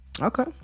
Okay